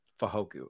Fahoku